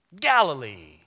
Galilee